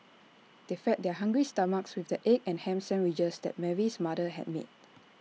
they fed their hungry stomachs with the egg and Ham Sandwiches that Mary's mother had made